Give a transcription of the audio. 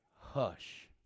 Hush